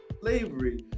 slavery